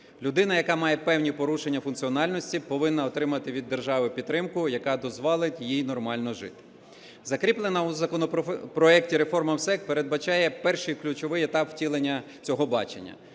Людина, яка має певні порушення функціональності, повинна отримати від держави підтримку, яка дозволить їй нормально жити. Закріплена у законопроекті реформа МСЕК передбачає перший ключовий етап втілення цього бачення.